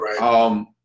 right